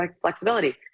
flexibility